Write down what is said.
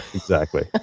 exactly, yeah.